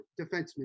defenseman